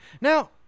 now